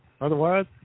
Otherwise